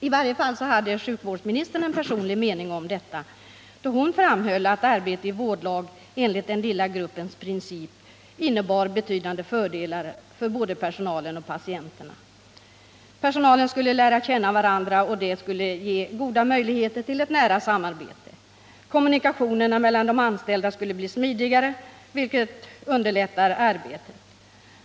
I varje fall hade sjukvårdsministern en personlig mening om detta, då hon framhöll att arbete i vårdlag enligt den lilla gruppens princip innebär betydande fördelar för både personalen och patienterna. Inom personalgruppen lär man känna varandra, och det skulle ge goda möjligheter till ett nära samarbete. Kommunikationerna mellan de anställda skulle bli smidigare, vilket underlättar arbetet.